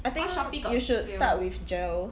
I think you should start with gel